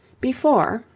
before,